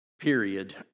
period